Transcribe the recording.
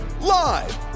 live